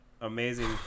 amazing